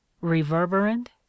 reverberant